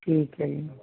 ਠੀਕ ਐ ਜੀ